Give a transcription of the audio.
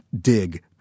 dig